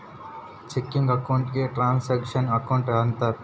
checking account ಗೆ transaction account ಅಂತಾರ